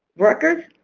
rutgers,